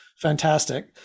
fantastic